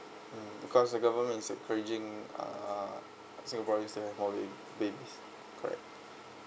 um because the government is encouraging err singaporeans to have more ba~ babies correct